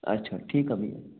अच्छा ठीकु आहे भईया